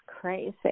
crazy